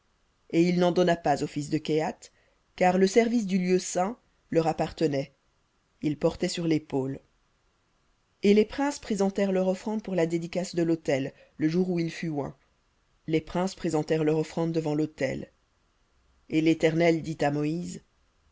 et il n'en donna pas aux fils de kehath car le service du lieu saint leur appartenait ils portaient sur lépaule et les princes présentèrent la dédicace de l'autel le jour où il fut oint les princes présentèrent leur offrande devant lautel et l'éternel dit à moïse